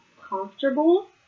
comfortable